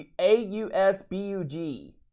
AUSBUG